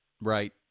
Right